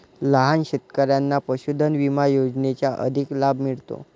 लहान शेतकऱ्यांना पशुधन विमा योजनेचा अधिक लाभ मिळतो